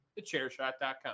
TheChairShot.com